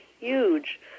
huge